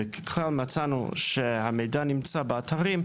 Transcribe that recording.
ככלל, מצאנו שהמידע נמצא באתרים,